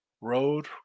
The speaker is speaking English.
road